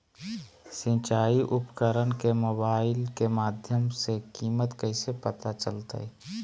सिंचाई उपकरण के मोबाइल के माध्यम से कीमत कैसे पता चलतय?